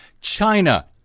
China